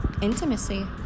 Intimacy